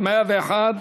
101,